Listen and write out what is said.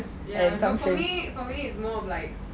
for me for me it's more of like